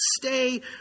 stay